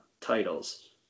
titles